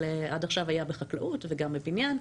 אבל עד עכשיו היה בחקלאות וגם בבניין.